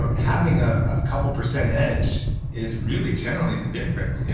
ah having ah a couple of percent edge is really generally the difference. yeah